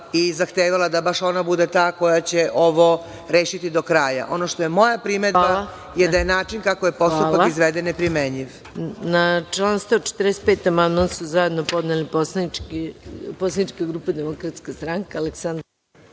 i zahtevala da baš ona bude ta koja će ovo rešiti do kraja. Ono što je moja primedba, jeste da je način kako je postupak izveden neprimenjiv. **Maja Gojković** Na član 145. amandman su zajedno podneli poslanička grupa Demokratska stranka. Aleksandra